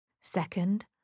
Second